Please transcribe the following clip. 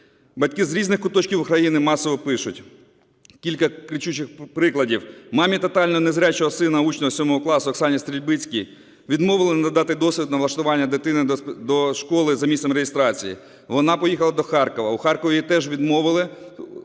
Батьки з різних куточків України масово пишуть, кілька кричущих прикладів. Мамі тотально незрячого сина, учня 7-го класу, Оксані Стрельбицькій, відмовили надати дозвіл на влаштування дитини до школи за місцем реєстрації. Вона поїхала до Харкова. У Харкові їй теж відмовили,